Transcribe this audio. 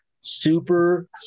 super